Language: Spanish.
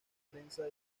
prensa